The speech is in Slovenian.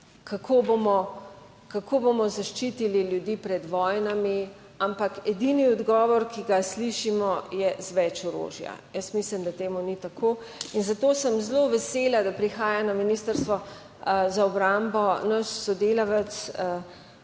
kako bomo zaščitili ljudi pred vojnami. Ampak edini odgovor, ki ga slišimo, je - z več orožja. Jaz mislim, da to ni tako. Zato sem zelo vesela, da prihaja na Ministrstvo za obrambo naš sodelavec